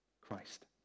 Christ